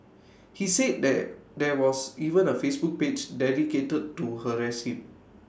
he said that there was even A Facebook page dedicated to harass him